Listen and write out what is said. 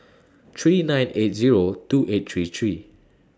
three nine eight Zero two eight three three